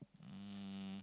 um